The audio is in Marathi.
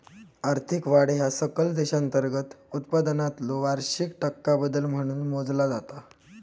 आर्थिक वाढ ह्या सकल देशांतर्गत उत्पादनातलो वार्षिक टक्का बदल म्हणून मोजला जाता